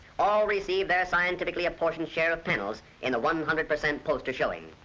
all receive their scientifically apportion share of panels in a one hundred percent poster showing.